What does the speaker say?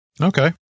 Okay